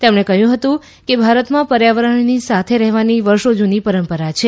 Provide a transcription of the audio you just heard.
તેમણે કહ્યું કે ભારતમાં પર્યાવરણની સાથે રહેવાની વર્ષો જૂની પરંપરા છે